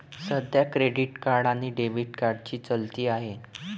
सध्या credit card आणि debit कार्डची चलती आहे